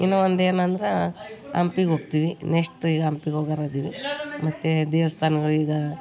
ಇನ್ನು ಒಂದು ಏನಂದ್ರೆ ಹಂಪಿಗ್ ಹೋಗ್ತೀವಿ ನೆಕ್ಸ್ಟ್ ಈಗ ಹಂಪಿಗ್ ಹೋಗೋರದೀವಿ ಮತ್ತು ದೇವಸ್ಥಾನಗಳ್ ಈಗ